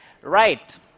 Right